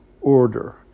order